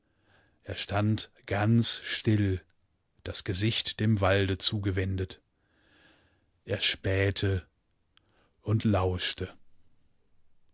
er stand ganz still das gesicht dem walde zugewendet er spähteundlauschte